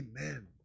Amen